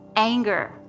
anger